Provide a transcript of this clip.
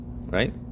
right